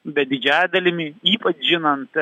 bet didžiąja dalimi ypač žinant